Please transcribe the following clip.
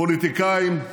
פוליטיקאים,